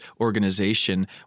organization